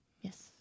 Yes